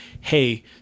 hey